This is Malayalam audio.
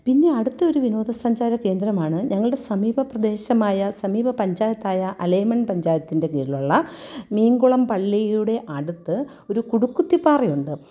പിന്നെ അടുത്തയൊരു വിനോദസഞ്ചാര കേന്ദ്രമാണ് ഞങ്ങളുടെ സമീപ പ്രദേശമായ സമീപ പഞ്ചായത്തായ അലൈൻമെൻറ്റ് പഞ്ചായത്തായതിൻ്റെ കീഴിലുള്ള മീൻകുളം പള്ളിയുടെ അടുത്ത് ഒരു കുടുക്കുത്തിപ്പാറയുണ്ട്